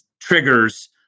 triggers